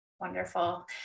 Wonderful